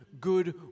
good